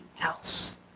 else